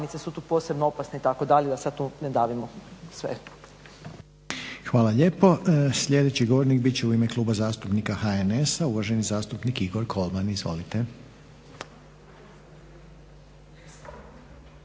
Hvala lijepo. Sljedeći govornik bit će u ime kluba zastupnika HNS-a, uvaženi zastupnik Igor Kolman, izvolite.